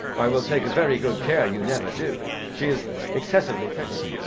i will take very good care you never do. she is excessively pretty,